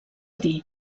dir